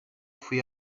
fuí